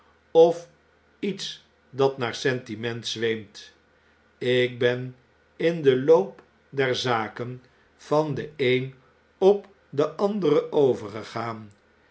of iets dat naar sentiment zweemt ik ben in den loop der zaken van den een op den anderen overgegaan